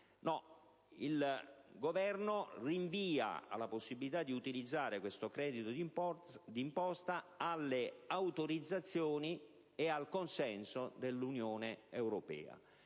il Governo rinvia la possibilità di utilizzare questo credito d'imposta alle autorizzazioni e al consenso dell'Unione europea.